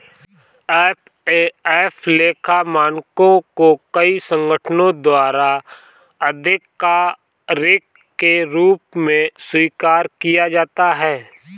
FAF लेखा मानकों को कई संगठनों द्वारा आधिकारिक के रूप में स्वीकार किया जाता है